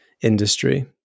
industry